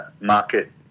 market